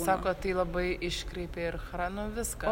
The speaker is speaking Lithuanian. sako tai labai iškreipia ir chra nu viską